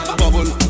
bubble